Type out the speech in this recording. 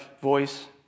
voice